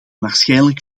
waarschijnlijk